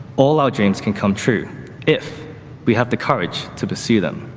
all our dreams can come true if we have the courage to pursue them.